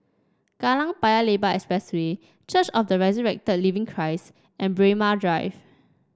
Kallang Paya Lebar Expressway Church of the Resurrected Living Christ and Braemar Drive